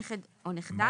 נכד או נכדה,